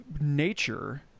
nature